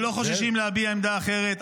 שלא חוששים להביע עמדה אחרת,